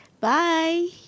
Bye